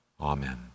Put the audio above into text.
Amen